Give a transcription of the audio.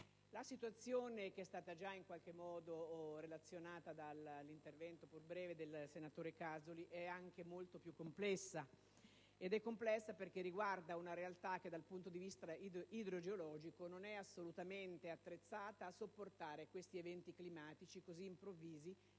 La situazione, che è stata già in qualche modo riferita dall'intervento, pur breve, del senatore Casoli, è in effetti molto più complessa, perché riguarda una realtà che, dal punto di vista idrogeologico, non è assolutamente attrezzata a sopportare questi eventi climatici così improvvisi